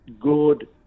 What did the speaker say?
good